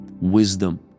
Wisdom